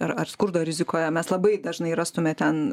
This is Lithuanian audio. ar ar skurdo rizikoje mes labai dažnai rastume ten